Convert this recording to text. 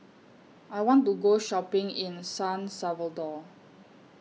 I want to Go Shopping in San Salvador